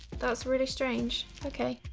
that's really strange. okay,